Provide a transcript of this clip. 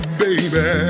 baby